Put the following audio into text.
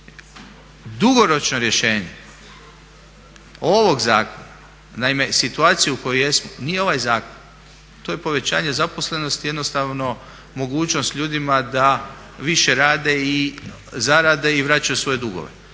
dugoročno rješenje ovog zakona. Naime, situacija u kojoj jesmo, nije ovaj zakon, to je povećanje zaposlenosti jednostavno mogućnost ljudima da više rade i zarade i vraćaju svoje dugove.